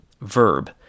verb